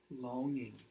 longing